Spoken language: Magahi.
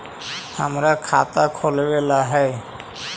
हमरा खाता खोलाबे ला है?